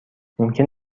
ممکن